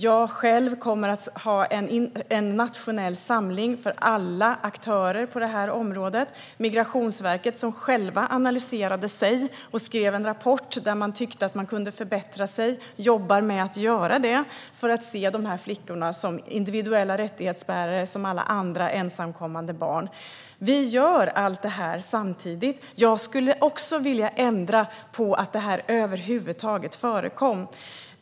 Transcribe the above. Jag själv kommer att ha en nationell samling för alla aktörer på området. Migrationsverket har analyserat sig självt och skrivit en rapport där man tyckte att man kunde förbättra sig. Man jobbar också med att göra det och för att se flickorna som individuella rättighetsbärare som alla andra ensamkommande barn. Vi gör allt detta samtidigt. Jag skulle också vilja ändra på det här och se att det över huvud taget inte förekom.